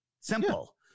simple